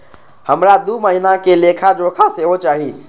हमरा दूय महीना के लेखा जोखा सेहो चाही